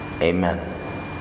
Amen